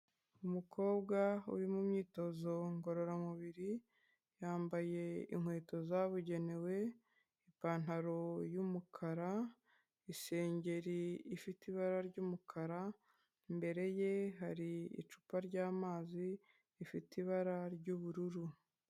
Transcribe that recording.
Umukobwa uri mu myitozo ngororamubiri, yambaye inkweto zabugenewe, ipantaro y'umukara, isengeri ifite ibara ry'umukara, imbere ye hari icupa ry'amazi rifite ibara ry'ubururu.